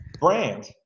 brand